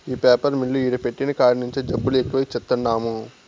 ఈ paper mill ఈడ పెట్టిన కాడి నుంచే జబ్బులు ఎక్కువై చత్తన్నాము